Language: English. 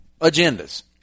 agendas